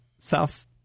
South